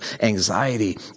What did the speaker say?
anxiety